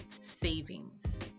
savings